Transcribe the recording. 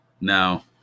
Now